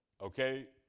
Okay